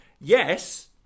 Yes